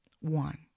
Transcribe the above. One